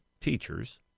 teachers